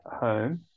home